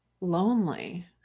lonely